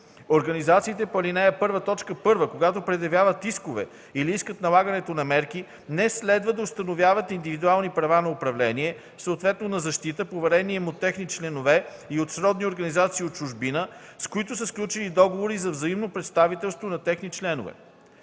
Организациите по ал. 1, т. 1, когато предявяват искове или искат налагането на мерки, не следва да установяват индивидуални права на управление, съответно за защита, поверени им от техни членове и от сродни организации от чужбина, с които са сключили договори за взаимно представителство на техни членове.